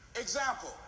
Example